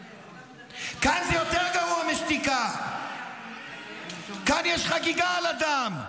כאן זה יותר גרוע משתיקה, כאן יש חגיגה על הדם.